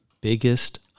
biggest